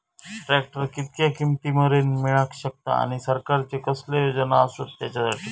Tractor कितक्या किमती मरेन मेळाक शकता आनी सरकारचे कसले योजना आसत त्याच्याखाती?